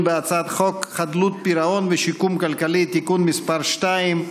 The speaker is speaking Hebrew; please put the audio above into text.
בהצעת חוק חדלות פירעון ושיקום כלכלי (תיקון מספר 2)